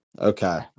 Okay